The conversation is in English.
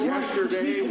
Yesterday